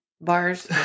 bars